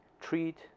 treat